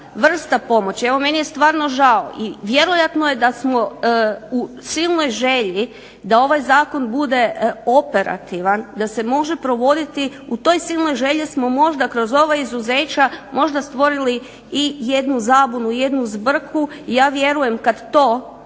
vrsta pomoći. Evo meni je stvarno žao i vjerojatno je da smo u silnoj želji da ovaj zakon bude operativan, da se može provoditi, u toj silnoj želji smo možda kroz ova izuzeća možda stvorili i jednu zabunu, jednu zbrku i ja vjerujem kad to